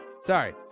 Sorry